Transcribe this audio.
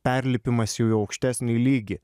perlipimas jau į aukštesnį lygį